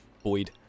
Boyd